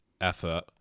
effort